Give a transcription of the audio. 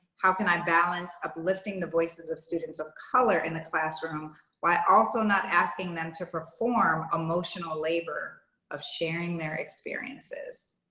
how can i balance uplifting the voices of students of color in the classroom while also not asking them to perform emotional labor of sharing their experiences?